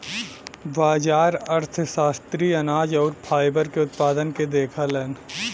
बाजार अर्थशास्त्री अनाज आउर फाइबर के उत्पादन के देखलन